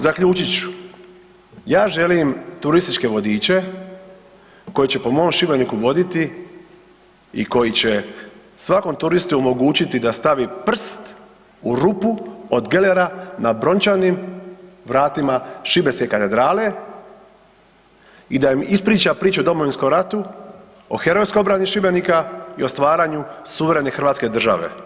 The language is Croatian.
Zaključit ću, ja želim turističke vodiče koji će po mom Šibeniku voditi i koji će svakom turistu omogućiti da stavi prst u rupu od gelera na brončanim vratima šibenske katedrale i da im ispriča priču o Domovinskom ratu, o herojskoj obrani Šibenika i o stvaranju suverene hrvatske države.